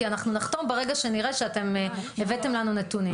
כי אנחנו נחתום ברגע שנראה שאתם הבאתם לנו נתונים.